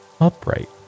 upright